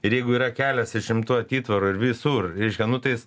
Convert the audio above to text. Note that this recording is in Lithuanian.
ir jeigu yra kelias išimtu atitvaru ir visur reiškia nu tai jis